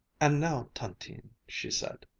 and now, tantine, she said,